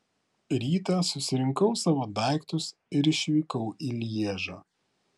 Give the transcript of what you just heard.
rytą susirinkau savo daiktus ir išvykau į lježą